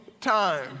time